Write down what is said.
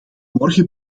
morgen